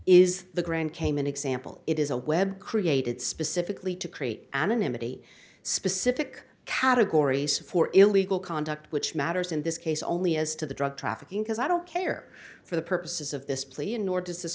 is the grand cayman example it is a web created specifically to create anonymity specific categories for illegal conduct which matters in this case only as to the drug trafficking because i don't care for the purposes of this plea and nor does